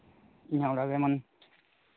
ᱤᱧᱟᱹᱜ ᱚᱲᱟᱜ ᱨᱮᱱᱟᱝ